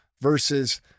versus